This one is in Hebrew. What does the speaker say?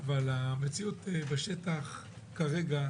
אבל המציאות בשטח כרגע